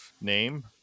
name